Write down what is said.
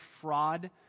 fraud